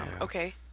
Okay